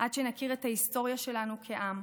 עד שנכיר את ההיסטוריה שלנו כעם,